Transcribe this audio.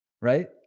right